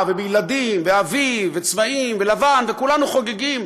ובילדים ואביב וצבעים ולבן וכולנו חוגגים,